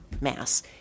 Mass